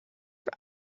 for